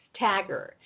tagger